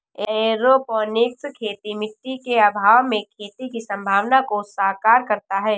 aeroponics खेती मिट्टी के अभाव में खेती की संभावना को साकार करता है